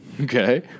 Okay